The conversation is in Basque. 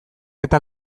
eta